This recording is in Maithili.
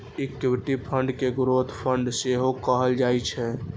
इक्विटी फंड कें ग्रोथ फंड सेहो कहल जाइ छै